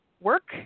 work